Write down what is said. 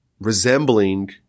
resembling